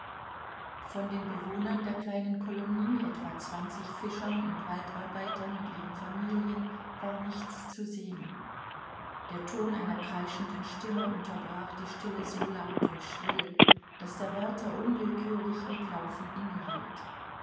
von den bewohnern der kleinen kolonie etwa zwanzig fischern und waldarbeitern mit ihren familien war nichts zu sehen der ton einer kreischenden stimme unterbrach die stille so laut und schrill daß der wärter unwillkürlich mit